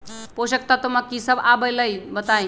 पोषक तत्व म की सब आबलई बताई?